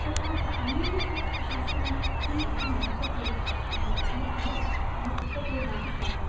तथा च अन्यानि शात् शास्त्राणि अपि बहु महत्वपूर्णानि बहु बहु महत्वपूर्णानि सन्ति